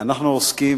אנחנו עוסקים